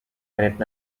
and